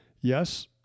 Yes